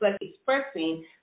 expressing